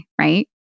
right